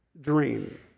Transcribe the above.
Dream